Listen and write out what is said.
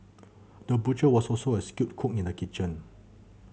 the butcher was also a skilled cook in the kitchen